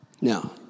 Now